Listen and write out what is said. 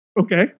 Okay